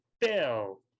Bill